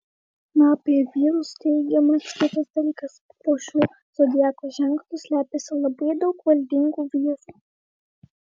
na o apie vyrus teigiamas kitas dalykas po šiuo zodiako ženklu slepiasi labai daug valdingų vyrų